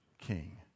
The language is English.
king